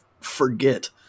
forget